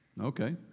Okay